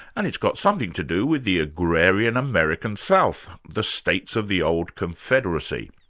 and it's got something to do with the agrarian american south, the states of the old confederacy.